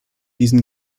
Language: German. diesem